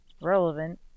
relevant